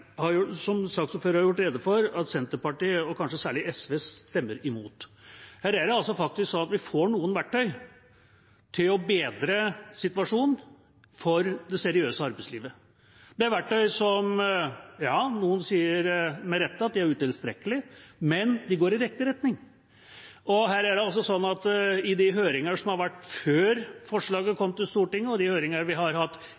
Senterpartiet og kanskje særlig SV stemmer imot. Her er det faktisk sånn at vi får noen verktøy til å bedre situasjonen for det seriøse arbeidslivet. Det er verktøy som noen med rette sier er utilstrekkelige, men de går i riktig retning. I de høringer som har vært før forslaget kom til Stortinget, og de høringer vi har hatt i Stortinget, har det vært